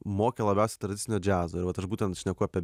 mokė labiausiai tradicinio džiazo ir vat aš būtent šneku apie